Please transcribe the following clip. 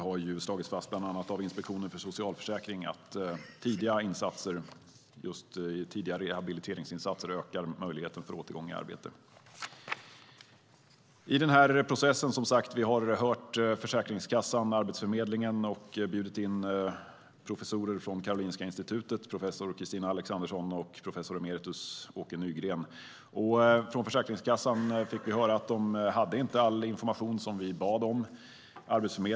Inspektionen för socialförsäkringen har bland annat slagit fast att tidiga rehabiliteringsinsatser ökar möjligheten för återgång i arbete. När det gäller den här processen har vi lyssnat på Försäkringskassan och Arbetsförmedlingen samt bjudit in professorer från Karolinska Institutet, professor Kristina Alexandersson och professor emeritus Åke Nygren. Av Försäkringskassan fick vi höra att de inte hade all den information som vi bad om.